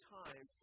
time